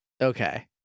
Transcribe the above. Okay